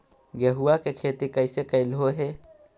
गेहूआ के खेती कैसे कैलहो हे?